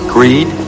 Greed